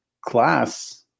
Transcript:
class